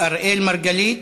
אראל מרגלית,